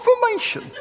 confirmation